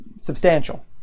substantial